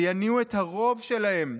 ויניעו את ה'רוב שלהם'